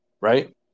Right